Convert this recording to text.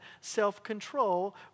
self-control